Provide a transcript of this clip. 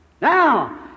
Now